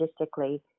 logistically